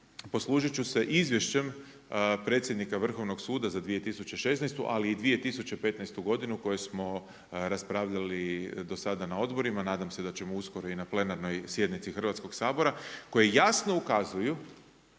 poslužit ću se izvješćem predsjednika Vrhovnog suda za 2016. ali i 2015. godinu koju smo raspravljali do sada na odborima. Nadam se da ćemo uskoro i na plenarnoj sjednici Hrvatskog sabora koje jasno ukazuju